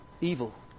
evil